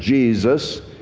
jesus,